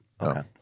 okay